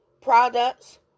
products